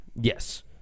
Yes